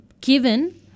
given